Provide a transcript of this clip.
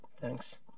Thanks